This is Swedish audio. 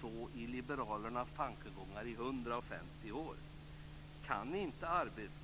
så i liberalernas tankegångar i 150 år.